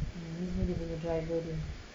ah ni pun dia punya driver dia